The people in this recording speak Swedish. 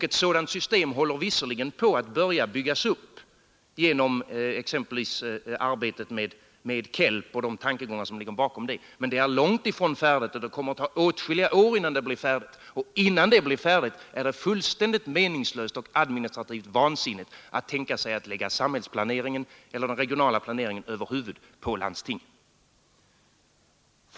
Ett sådant system har visserligen börjat byggas upp genom exempelvis arbetet med KELP och på grundval av de tankegångar som ligger bakom detta arbete. Men det är långt ifrån färdigt och det kommer att ta åtskilliga år innan det blir färdigt; och innan det är färdigt är det fullständigt meningslöst och administrativt vansinnigt att tänka sig att lägga samhällsplaneringen eller den regionala planeringen över huvud på landstingen.